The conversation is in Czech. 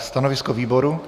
Stanovisko výboru?